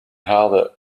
haalde